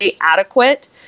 adequate